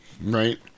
Right